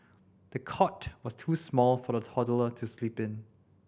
the cot was too small for the toddler to sleep in